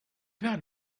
père